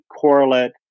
correlate